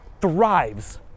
thrives